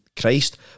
Christ